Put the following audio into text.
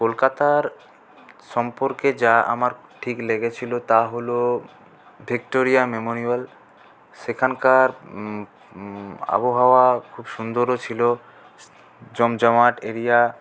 কলকাতার সম্পর্কে যা আমার ঠিক লেগেছিলো তা হলো ভিক্টোরিয়া মেমোরিয়াল সেখানকার আবহাওয়া খুব সুন্দরও ছিলো জমজমাট এরিয়া